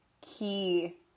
key